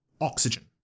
oxygen